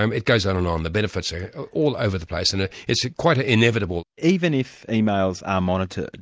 um it goes on and on, the benefits are are all over the place, and ah it's quite ah inevitable. even if emails are monitored,